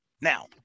Now